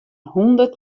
hûndert